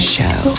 Show